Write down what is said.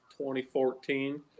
2014